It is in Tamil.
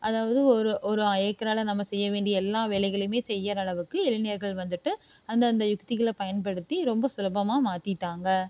அதாவது ஒரு ஒரு ஏக்கரால் நம்ம செய்ய வேண்டிய எல்லா வேலைகளையுமே செய்யுற அளவுக்கு இளைஞர்கள் வந்துட்டு அந்தந்த யுக்திகளை பயன்படுத்தி ரொம்ப சுலபமாக மாற்றிட்டாங்க